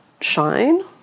shine